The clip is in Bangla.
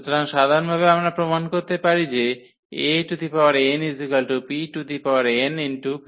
সুতরাং সাধারণভাবে আমরা প্রমাণ করতে পারি যে 𝐴𝑛 𝑃𝑛𝑃−1